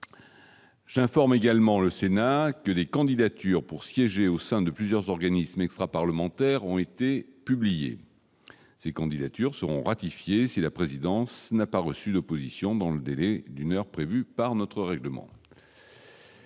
J'informe également le Sénat que les candidatures pour siéger au sein de plusieurs organisme extraparlementaire ont été publiés ces candidatures seront ratifiées si la présidence n'a pas reçu l'opposition dans le délai d'une heure prévue par notre règlement.